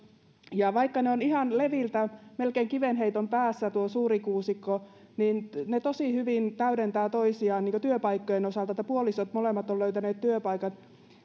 ja vaikka on leviltä ihan melkein kivenheiton päässä tuo suurikuusikko niin kaivokset tosi hyvin täydentävät toisiaan työpaikkojen osalta puolisot molemmat ovat löytäneet työpaikan